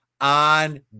on